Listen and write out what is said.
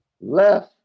left